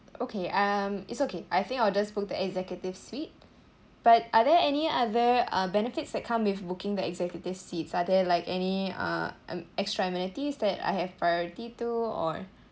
okay um it's okay I think I'll just book the executive suite but are there any other uh benefits that come with booking the executives suites are there like any uh extra amenities that I have priority to or